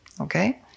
Okay